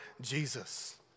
Jesus